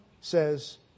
says